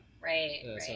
Right